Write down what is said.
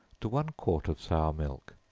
to one quart of sour milk,